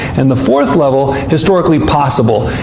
and the fourth level, historically possible.